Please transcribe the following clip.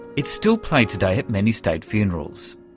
it's still played today at many state funerals.